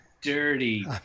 dirty